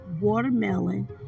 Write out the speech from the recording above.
watermelon